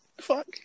Fuck